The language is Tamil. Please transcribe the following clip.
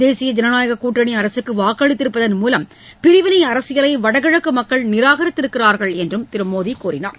தேசிய ஜனநாயக கூட்டணி அரசுக்கு வாக்களித்திருப்பதன் மூலம் பிரிவினை அரசியலை வடகிழக்கு மக்கள் நிராகரித்திருக்கிறார்கள் என்றும் திரு மோடி கூறினார்